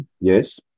yes